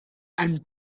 and